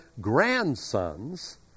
grandsons